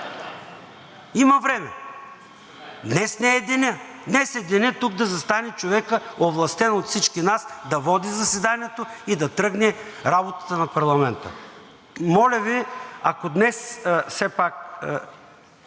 Има време! Днес не е денят. Днес е денят тук да застане човекът, овластен от всички нас, да води заседанието и да тръгне работата на парламента. Моля Ви, ако днес все пак